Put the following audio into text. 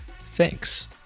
Thanks